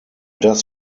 das